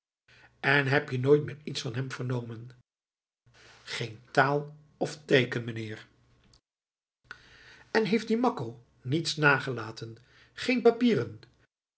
en heb je nooit meer iets van hem gehoord geen taal of teeken meneer en heeft die makko niets nagelaten geen papieren